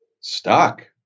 stuck